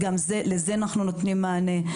גם לזה אנחנו נותנים מענה.